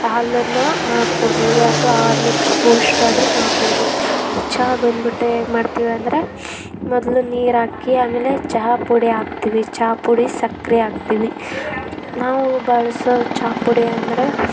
ಹಾಲನ್ನು ಮಾಡಿಕೊಡ್ಬೋದು ಅಥ್ವಾ ಹಾರ್ಲಿಕ್ಸ್ ಬೂಶ್ಟ್ ಆದರೂ ಮಾಡ್ಬೋದು ಚಹಾ ಬಂದ್ಬಿಟ್ಟು ಹೇಗ್ ಮಾಡ್ತೀವಂದ್ರೆ ಮೊದಲು ನೀರಾಕಿ ಆಮೇಲೆ ಚಹಾ ಪುಡಿ ಹಾಕ್ತೀವಿ ಚಹಾ ಪುಡಿ ಸಕ್ಕರೆ ಹಾಕ್ತೀವಿ ನಾವು ಬಳಸೋ ಚಹಾ ಪುಡಿ ಅಂದರೆ